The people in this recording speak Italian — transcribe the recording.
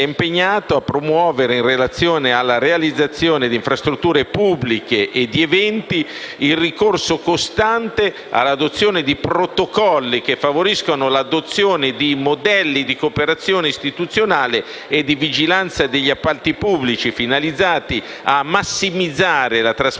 a promuovere, in relazione alla realizzazione di infrastrutture pubbliche e di eventi, il ricorso costante all'adozione di protocolli che favoriscano l'adozione di modelli di cooperazione istituzionale e di vigilanza degli appalti pubblici, finalizzati a massimizzare la trasparenza,